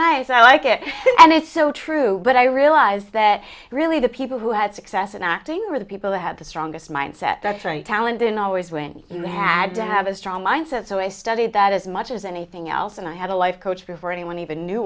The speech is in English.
nice i like it and it's so true but i realize that really the people who had success in acting are the people who had the strongest mind set that for a talent in always when you had to have a strong mindset so i studied that as much as anything else and i had a life coach before anyone even knew